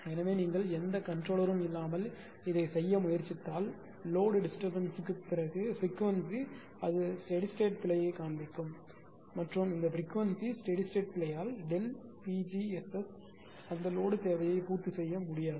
எனவே நீங்கள் எந்த கன்ட்ரோலரும் இல்லாமல் இதைச் செய்ய முயற்சித்தால் லோடு டிஸ்டர்பன்ஸ் க்குப் பிறகு பிரிக்வன்சி அது ஸ்டெடி ஸ்டேட் பிழையைக் காண்பிக்கும் மற்றும் இந்த பிரிக்வன்சி ஸ்டெடி ஸ்டேட் பிழையால் PgSS அந்த லோடு தேவையை பூர்த்தி செய்ய முடியாது